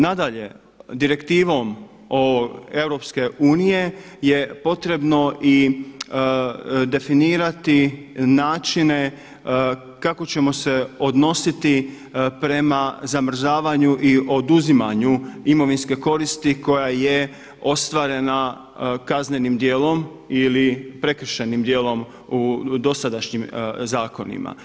Nadalje, direktivom EU je potrebno i definirati načine kako ćemo se odnositi prema zamrzavanju i oduzimanju imovinske koristi koja je ostvarena kaznenim djelom ili prekršajnim djelom u dosadašnjim zakonima.